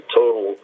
total